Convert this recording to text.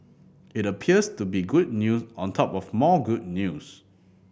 it appears to be good news on top of more good news